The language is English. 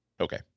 okay